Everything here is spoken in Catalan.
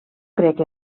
crec